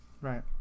Right